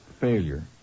Failure